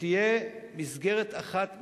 שתהיה מסגרת אחת מחייבת,